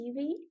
TV